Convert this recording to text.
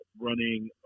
running